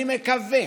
אני מקווה